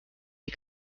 die